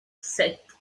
sept